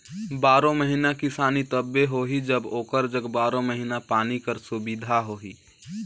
बारो महिना किसानी तबे होही जब ओकर जग बारो महिना पानी कर सुबिधा होही